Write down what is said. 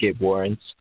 warrants